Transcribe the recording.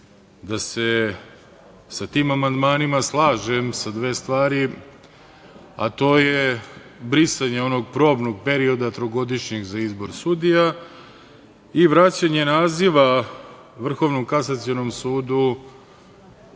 da se sa tim amandmanima slažem u dve stvari, a to je brisanje onog probnog perioda trogodišnjeg za izbor sudija i vraćanje naziva Vrhovnom kasacionom sudu